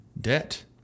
debt